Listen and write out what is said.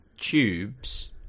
tubes